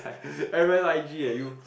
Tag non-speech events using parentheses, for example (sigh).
(laughs) M_S_I_G eh you